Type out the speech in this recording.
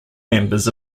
members